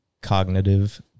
Cognitive